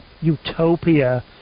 utopia